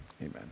amen